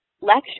lecture